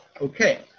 Okay